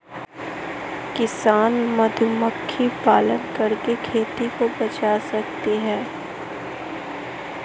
हमारे यहाँ बारिश बहुत होती है फसल किस तरह सुरक्षित रहे कुछ जानकारी बताएं?